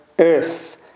Earth